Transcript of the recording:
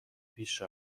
پیش